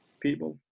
people